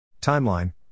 Timeline